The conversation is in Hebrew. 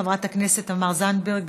חברת הכנסת תמר זנדברג.